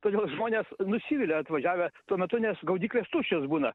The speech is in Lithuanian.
todėl žmonės nusivilia atvažiavę tuo metu nes gaudyklės tuščios būna